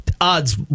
odds